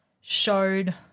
showed